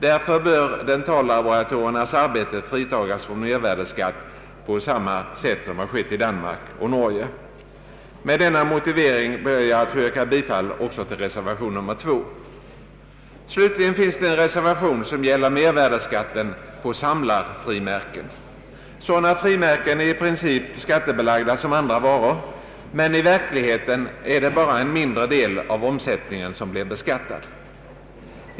Därför bör dentallaboratoriernas arbeten fritagas från mervärdeskatt på samma sätt som har skett i Danmark och Norge. Med denna motivering ber jag att få yrka bifall också till reservation 2. Slutligen finns det en reservation som gäller mervärdeskatten på samlarfrimärken. Sådana frimärken är i princip skattebelagda som andra varor, men i verkligheten är det bara en mindre del av omsättningen som blir beskattad.